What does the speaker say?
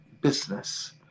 business